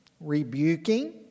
rebuking